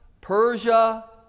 Persia